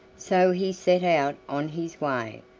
so he set out on his way,